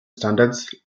standards